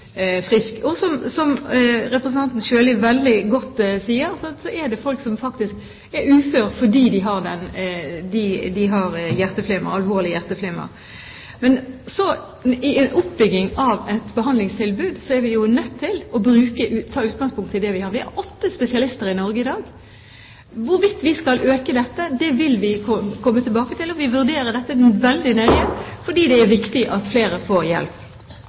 Som representanten Sjøli veldig godt sier, er det folk som faktisk er uføre fordi de har alvorlig hjerteflimmer. Ved oppbygging av et behandlingstilbud er vi jo nødt til å ta utgangspunkt i det vi har. Vi har åtte spesialister i Norge i dag. Hvorvidt vi skal øke dette, vil vi komme tilbake til. Vi vurderer dette veldig nøye, fordi det er viktig at flere får hjelp.